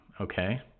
Okay